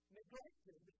neglected